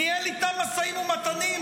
ניהל איתם משאים ומתנים,